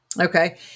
Okay